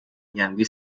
nyandwi